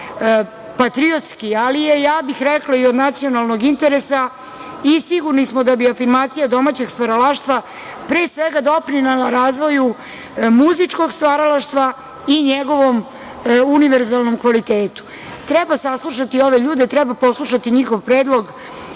patriotski, ali je, ja bih rekla, i od nacionalnog interesa i sigurni smo da bi afirmacija domaćeg stvaralaštva pre svega doprinela razvoju muzičkog stvaralaštva i njegovom univerzalnom kvalitetu. Treba saslušati ove ljude, treba poslušati njihov predlog